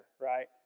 right